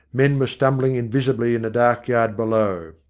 men were stumbling invisibly in the dark yard below.